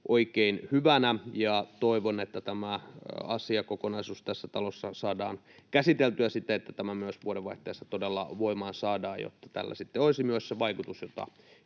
oikein hyvänä ja toivon, että tämä asiakokonaisuus tässä talossa saadaan käsiteltyä siten, että tämä myös vuodenvaihteessa todella voimaan saadaan, jotta tällä sitten olisi myös se vaikutus, jota